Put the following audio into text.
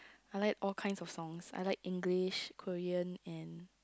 I like all kinds of songs I like English Korean and